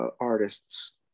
artists